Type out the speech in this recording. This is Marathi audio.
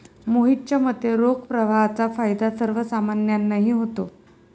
मोहितच्या मते, रोख प्रवाहाचा फायदा सर्वसामान्यांनाही होतो